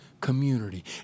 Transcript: community